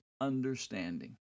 understanding